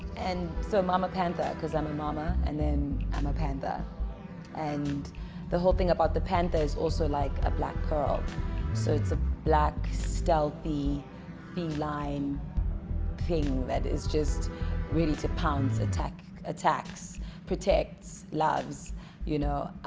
and so mama pantha because i'm a mama and then i'm a panda and the whole thing about the pantha is also like a black pearl so it's a black stealthy feline thing that is just really to pounce attack attacks protects loves you know.